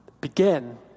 begin